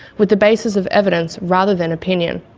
with the basis of evidence rather than opinion.